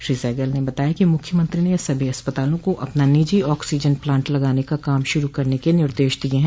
श्री सहगल ने बताया कि मुख्यमंत्री ने सभी अस्पतालों को अपना निजी ऑक्सीजन प्लांट लगाने का काम शुरू करने के निर्देश दिय हैं